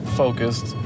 focused